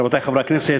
רבותי חברי הכנסת,